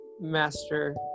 master